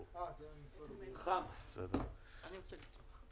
שלום, אני מחדש את